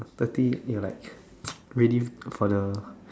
thirty they are like ready for the